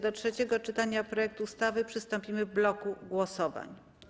Do trzeciego czytania projektu ustawy przystąpimy w bloku głosowań.